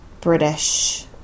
British